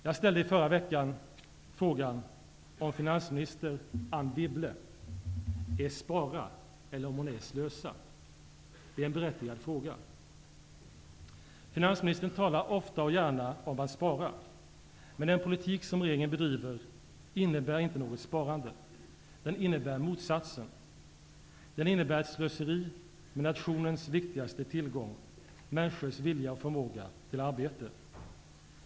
Jag ställde i förra veckan frågan om finansminister Anne Wibble är Spara eller om hon är Slösa. Det är en berättigad fråga. Finansministern talar ofta och gärna om att spara. Men den politik som regeringen bedriver innebär inte något sparande. Den innebär motsatsen. Den innebär ett slöseri med nationens viktigaste tillgång, nämligen människors vilja och förmåga att arbeta.